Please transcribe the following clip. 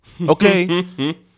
Okay